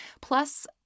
Plus